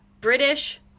british